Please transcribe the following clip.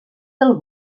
del